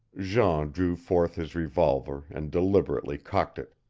jean drew forth his revolver and deliberately cocked it.